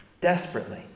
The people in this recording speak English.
desperately